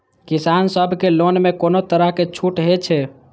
किसान सब के लोन में कोनो तरह के छूट हे छे?